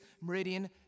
Meridian